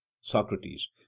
Socrates